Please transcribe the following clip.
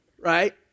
Right